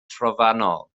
trofannol